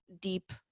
deep